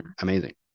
amazing